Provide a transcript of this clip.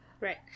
Right